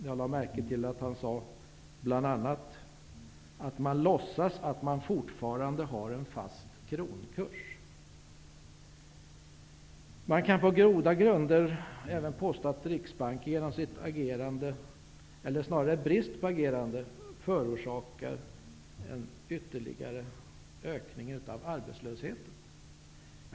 Jag lade märke till att han bl.a. sade att man låtsas att man fortfarande har en fast kronkurs. På goda grunder kan man påstå att Riksbanken genom sitt agerande, eller snarare brist på agerande, förorsakar en ytterligare ökning av arbetslösheten.